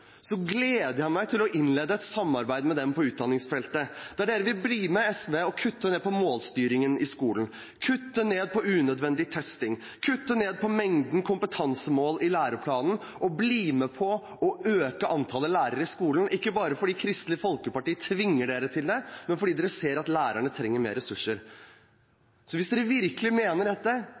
Så må jeg si at det er spesielt å høre det Høyre-innlegget vi allerede har hørt, og som vi sikkert vil høre flere av. Høyre snakker plutselig her om tidstyver i skolen. Hvis Høyre virkelig er bekymret for tidstyver i skolen, gleder jeg meg til å innlede et samarbeid med dem på utdanningsfeltet, der dere vil bli med SV og kutte ned på målstyringen i skolen, kutte ned på unødvendig testing, kutte ned på mengden kompetansemål i læreplanen og bli med på